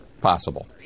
possible